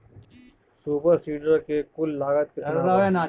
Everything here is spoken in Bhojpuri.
सुपर सीडर के कुल लागत केतना बा?